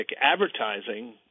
advertising